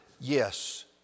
yes